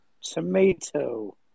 Tomato